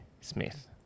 Smith